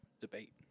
debate